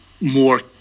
more